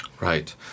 Right